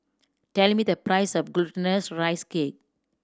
tell me the price of Glutinous Rice Cake